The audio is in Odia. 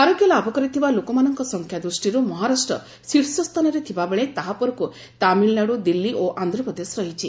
ଆରୋଗ୍ୟ ଲାଭ କରିଥିବା ଲୋକମାନଙ୍କ ସଂଖ୍ୟା ଦୃଷ୍ଟିର୍ ମହାରାଷ୍ଟ୍ର ଶୀର୍ଷ ସ୍ଥାନରେ ଥିବା ବେଳେ ତାହା ପରକୁ ତାମିଲନାଡ଼ୁ ଦିଲ୍ଲୀ ଓ ଆନ୍ଧ୍ରପ୍ରଦେଶ ରହିଛି